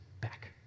back